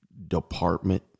Department